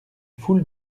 foule